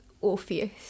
Orpheus